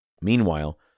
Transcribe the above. Meanwhile